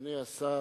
אדוני השר,